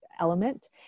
element